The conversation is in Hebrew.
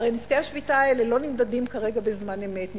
הרי נזקי השביתה האלה לא נמדדים כרגע בזמן אמת,